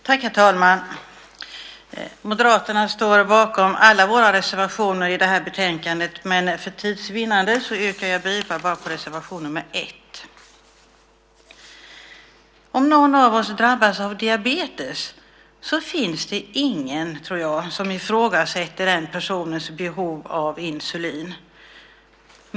Herr talman! Moderaterna står bakom alla våra reservationer i det här betänkandet, men för tids vinnande yrkar jag bifall bara till reservation 1. Om någon av oss drabbas av diabetes finns det ingen, tror jag, som ifrågasätter den personens behov av insulin.